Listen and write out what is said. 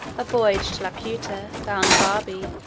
a voyage to laputa, balnibarbi,